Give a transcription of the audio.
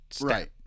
right